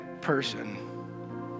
person